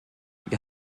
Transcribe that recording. wir